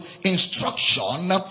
instruction